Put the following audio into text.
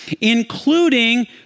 including